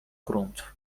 grunt